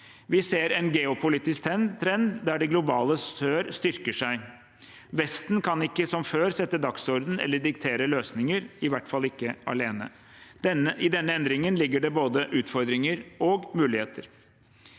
Vi ser en geopolitisk trend der det globale sør styrker seg. Vesten kan ikke som før sette dagsordenen eller diktere løsninger, i hvert fall ikke alene. I denne endringen ligger det både utfordringer og muligheter.